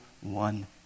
one